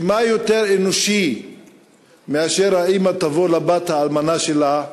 ומה יותר אנושי משהאימא תבוא לבת האלמנה שלה,